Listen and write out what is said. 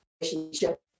relationship